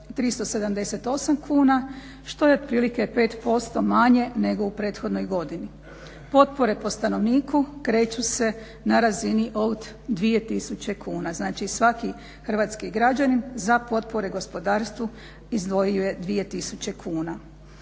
378 kuna što je otprilike 5%manje nego u prethodnoj godini. Potpore po stanovniku kreću se na razini od 2 tisuće kuna. Znači svaki hrvatski građanin za potpore gospodarstvu izdvojio je 2 tisuće kuna.